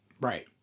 Right